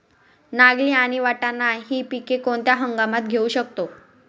नागली आणि वाटाणा हि पिके कोणत्या हंगामात घेऊ शकतो?